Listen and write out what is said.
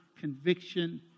conviction